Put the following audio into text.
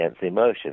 emotion